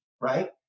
right